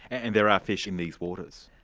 and there are fish in these waters?